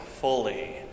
fully